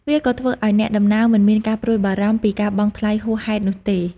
វាក៏ធ្វើឱ្យអ្នកដំណើរមិនមានការព្រួយបារម្ភពីការបង់ថ្លៃហួសហេតុនោះទេ។